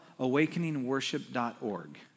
awakeningworship.org